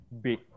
big